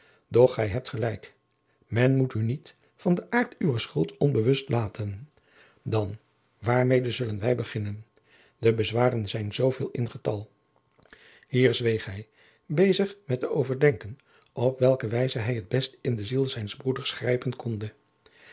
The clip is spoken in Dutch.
doch gij hebt gelijk men moet u niet van den aart uwer schuld onbewust laten dan waarmede zullen wij beginnen de bezwaren zijn zooveel in getal hier zweeg hij bezig met te overdenken op welke wijze hij het best in de ziel zijns broeders grijpen konde